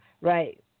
Right